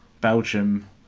Belgium